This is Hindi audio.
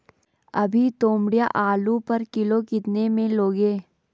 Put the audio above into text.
अभी तोमड़िया आलू पर किलो कितने में लोगे?